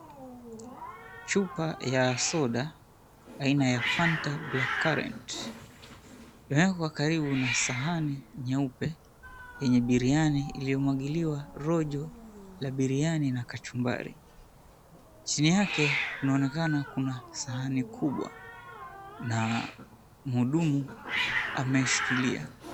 Chupa ya soda aina ya, Fanta Black Currant, imewekwa karibu na sahani nyeupe yenye biriyani iliyomwagiliwa rojo la biriyani na kachumbari. Chini yake, kunaonekana kuna sahani kubwa, na mhudumu ameshikilia.